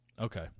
okay